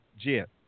jet